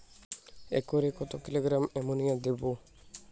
একরে কত kilogram ammonia দেবো?